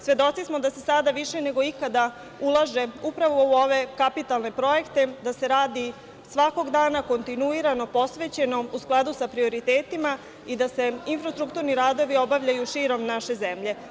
Svedoci smo da se sada više nego ikada ulaže upravo u ove kapitalne projekte, da se radi svakog dana kontinuirano, posvećeno, u skladu sa prioritetima i da se infrastrukturni radovi obavljaju širom naše zemlje.